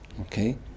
Okay